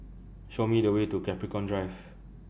Show Me The Way to Capricorn Drive